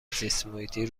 زیستمحیطی